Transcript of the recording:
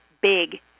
big